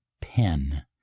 pen